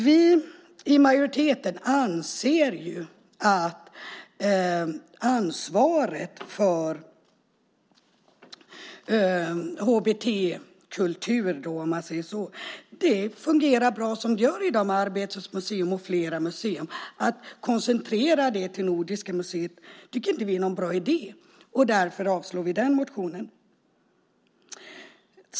Vi i majoriteten anser att ansvaret för HBT-kultur, om man säger så, fungerar bra som det gör i dag med Arbetets museum och andra museer. Att koncentrera det till Nordiska museet tycker inte vi är någon bra idé, och därför avstyrker vi den motionen.